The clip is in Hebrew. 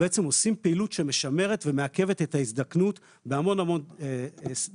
עושים פעילות שמשמרת את התפקוד ומעכבת את ההזדקנות בהמון המון דברים.